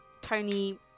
Tony